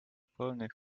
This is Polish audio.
polnych